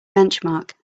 benchmark